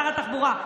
שר התחבורה,